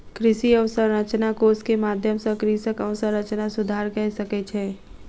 कृषि अवसंरचना कोष के माध्यम सॅ कृषक अवसंरचना सुधार कय सकै छै